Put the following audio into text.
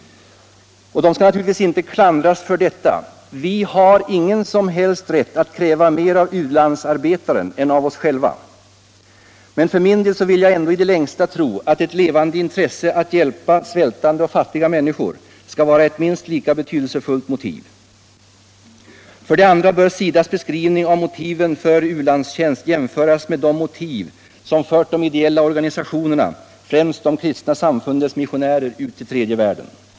De kan naturligtvis inte klandras för detta. Vi har ingen som helst rätt att kräva mer av u-landsarbetaren än av oss själva. För min del vill jag ändå i det längsta tro att det levande intresset för att hjälpa svältande och fattiga människor skall vara ett minst lika betydelsefullt motiv. , För det andra bör SIDA:s beskrivning av motiven för u-landstjänst jämföras med motiven som för de ideella organisationerna — främst de kristna samfundens missionärer — ut till tredje världen.